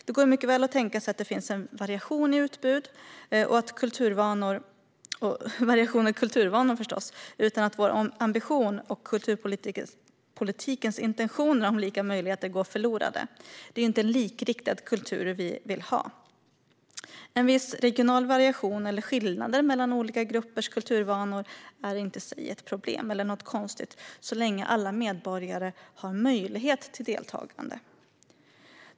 Det går mycket väl att tänka sig att det finns en variation i utbud och kulturvanor utan att vår ambition och kulturpolitikens intentioner om lika möjligheter går förlorade. Det är inte en likriktad kultur vi vill ha. En viss regional variation eller skillnader mellan olika gruppers kulturvanor är i sig inte något problem eller något konstigt så länge alla medborgare har möjlighet till deltagande.